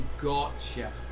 gotcha